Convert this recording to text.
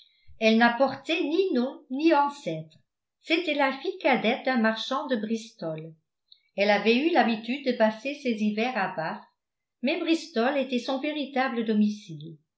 elle n'apportait ni nom ni ancêtres c'était la fille cadette d'un marchand de bristol elle avait eu l'habitude de passer ses hivers à bath mais bristol était son véritable domicile